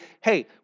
hey